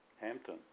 Hampton